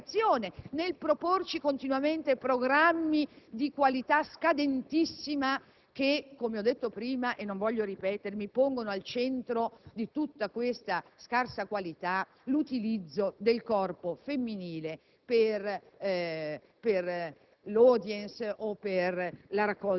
Non trovo altra spiegazione nel proporci continuamente programmi di qualità scadentissima che, come ho detto prima e non voglio ripetermi, pongono al centro di questa scarsa qualità l'utilizzo del corpo femminile per l'*audience*